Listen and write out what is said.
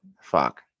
fuck